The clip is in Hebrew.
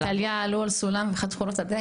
טליה, עלו על סולם וחתכו לה את הדגל.